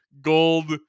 gold